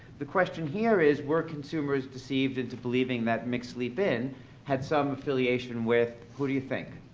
the question here is, were consumers deceived into believing that mcsleep inn had some affiliation with, who do you think?